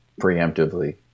preemptively